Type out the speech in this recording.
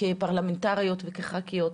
כפרלמנטריות וכח"כיות,